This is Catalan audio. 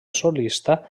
solista